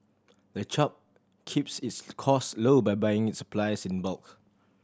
the chop keeps its cost low by buying its supplies in bulk